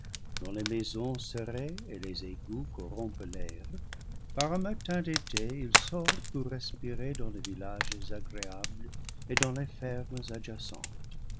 dont les maisons serrées et les égouts corrompent l'air par un matin d'été il sort pour respirer dans les villages agréables et dans les fermes adjacentes